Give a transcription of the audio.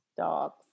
dogs